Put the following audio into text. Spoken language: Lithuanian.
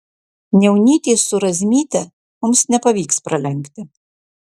niaunytės su razmyte mums nepavyks pralenkti